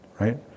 Right